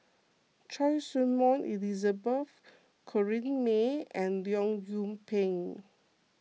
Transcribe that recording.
Choy Su Moi Elizabeth Corrinne May and Leong Yoon Pin